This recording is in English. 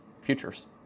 futures